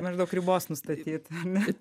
maždaug ribos nustatyt ar ne